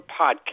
podcast